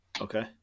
Okay